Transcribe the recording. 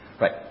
Right